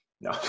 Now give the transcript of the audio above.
No